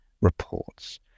reports